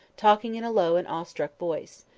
talking in a low and awe-struck voice.